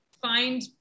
find